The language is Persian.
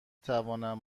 توانم